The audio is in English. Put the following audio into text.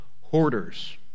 hoarders